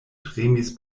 tremis